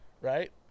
Right